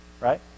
right